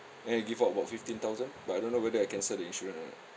then they give out about fifteen thousand but I don't know whether I cancel the insurance or not